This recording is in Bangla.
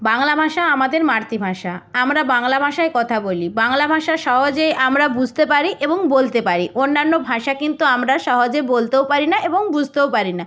বাংলা ভাষা আমাদের মাতৃভাষা আমরা বাংলা ভাষায় কথা বলি বাংলা ভাষা সহজেই আমরা বুঝতে পারি এবং বলতে পারি অন্যান্য ভাষা কিন্তু আমরা সহজে বলতেও পারি না এবং বুঝতেও পারি না